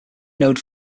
node